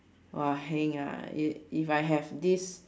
!wah! heng ah if if I have this